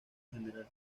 general